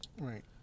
Right